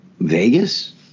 Vegas